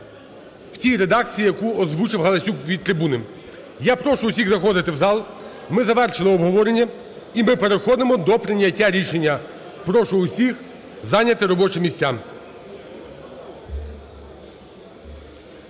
в тій редакції, яку озвучив Галасюк від трибуни. Я прошу всіх заходити в зал. Ми звершили обговорення і ми переходимо до прийняття рішення. Прошу усіх зайняти робочі місця.